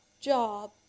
job